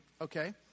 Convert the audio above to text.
Okay